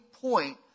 point